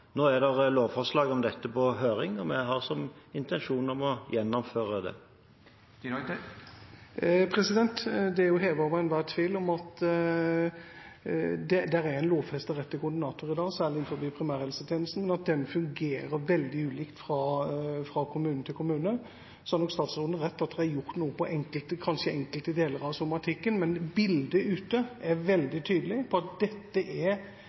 Nå er det et lovforslag om dette på høring, og vi har som intensjon å gjennomføre det. Det er hevet over enhver tvil at det er en lovfestet rett til koordinator i dag, særlig innen primærhelsetjenesten, men at den fungerer veldig ulikt fra kommune til kommune. Så har statsråden rett i at det er gjort noe innen enkelte deler av somatikken, men bildet ute er veldig tydelig på at dette er